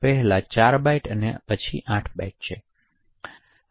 પહેલા ચાર બાઇટ્સ અને આઠ બાઇટ્સ